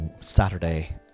Saturday